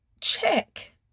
check